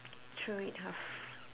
true enough